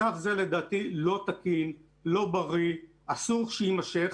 מצב זה לדעתי לא תקין, לא בריא, אסור שיימשך.